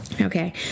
Okay